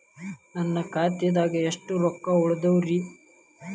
ನನ್ನ ಖಾತೆದಾಗ ಎಷ್ಟ ರೊಕ್ಕಾ ಉಳದಾವ್ರಿ?